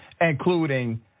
including